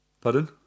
Pardon